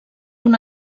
una